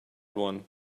one